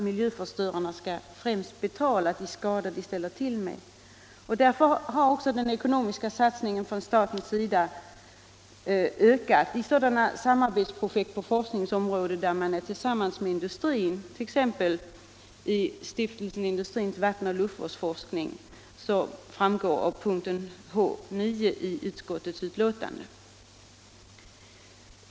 Därför har också staten ökat sin ekonomiska satsning på sådana samarbetsprojekt på forskningsområdet där man är tillsammans med industrin, t.ex. Stiftelsen Industrins vatten och luftvårdsforskning, vilket framgår av punkten H9 i budgetpropositionens bil. 11.